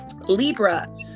Libra